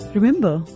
Remember